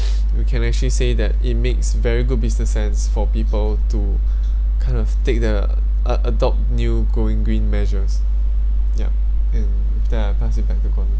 you can actually say that it makes very good business sense for people to kind of take the a~ adopt new going green measures yup and with that I pass it back to gordon